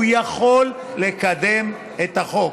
והוא יכול לקדם את החוק.